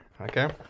okay